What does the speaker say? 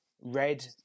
red